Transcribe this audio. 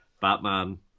Batman